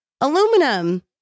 aluminum